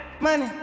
money